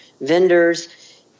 vendors